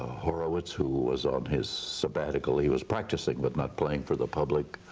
horowitz, who was on his sabbatical he was practicing but not playing for the public,